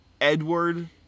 Edward